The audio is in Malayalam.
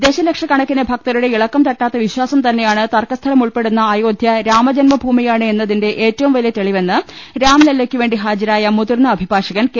ദശലക്ഷക്കണ ക്കിന് ഭക്തരുടെ ഇളക്കംതട്ടാത്ത വിശ്വാസം തന്നെയാണ് തർക്ക സ്ഥലം ഉൾപ്പെടുന്ന അയോധ്യ രാമജന്മഭൂമിയാണ് എന്നതിന്റെ ഏറ്റവും വലിയ തെളിവെന്ന് രാംലല്ലയ്ക്കുവേണ്ടി ഹാജരായ മുതിർന്ന അഭിഭാഷകൻ കെ